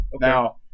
Now